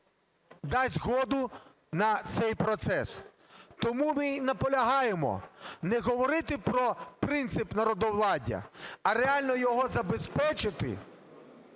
дасть згоду на цей процес. Тому ми й наполягаємо не говорити про принцип народовладдя, а реально його забезпечити